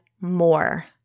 more